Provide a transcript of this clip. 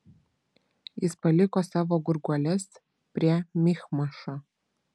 jis paliko savo gurguoles prie michmašo